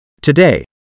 Today